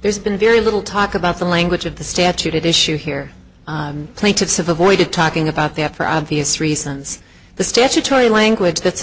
there's been very little talk about the language of the statute issue here plaintiffs have avoided talking about they have for obvious reasons the statutory language that's